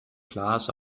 klaas